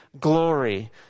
glory